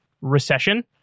recession